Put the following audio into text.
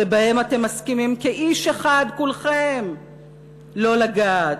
שבהם אתם מסכימים כאיש אחד כולכם לא לגעת,